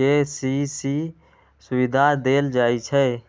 KCC सुविधा देल जाइ छै